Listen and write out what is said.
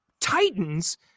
titans